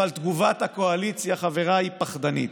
אבל תגובת הקואליציה, חבריי, היא פחדנית.